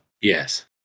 yes